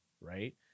right